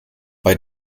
bei